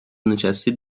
نشستید